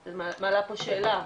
אני מעלה פה שאלה.